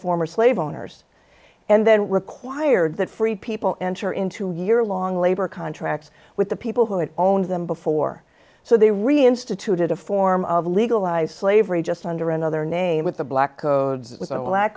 former slave owners and then required that free people enter into year long labor contracts with the people who had owned them before so they reinstituted a form of legalized slavery just under another name with the black code with a lack